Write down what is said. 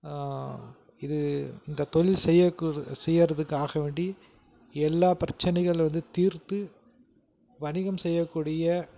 இது இந்த தொழில் செய்யக்கூ செய்யறதுக்காக வேண்டி எல்லாப் பிரச்சனைகள் வந்து தீர்த்து வணிகம் செய்யக்கூடிய